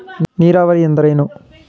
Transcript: ನೀರಾವರಿ ಎಂದರೇನು?